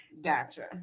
Gotcha